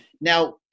Now